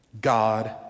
God